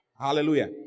Hallelujah